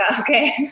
okay